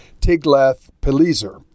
Tiglath-Pileser